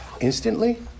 instantly